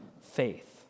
faith